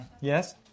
Yes